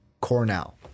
Cornell